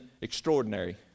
extraordinary